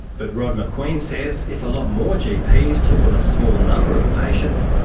but rod macqueen says if a lot more gps took on a small number of patients,